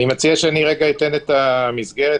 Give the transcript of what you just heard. קודם אתן את המסגרת,